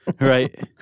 Right